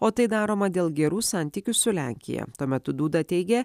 o tai daroma dėl gerų santykių su lenkija tuo metu duda teigė